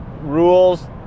rules